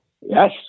Yes